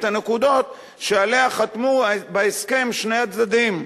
הנקודות שעליהן חתמו בהסכם שני הצדדים.